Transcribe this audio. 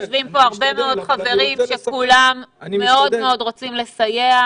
יושבים פה הרבה מאוד חברים שכולם מאוד-מאוד רוצים לסייע.